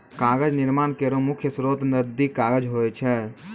कागज निर्माण केरो मुख्य स्रोत रद्दी कागज होय छै